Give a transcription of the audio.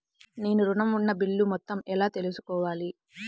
నేను ఋణం ఉన్న బిల్లు మొత్తం ఎలా తెలుసుకోవాలి?